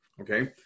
okay